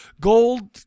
gold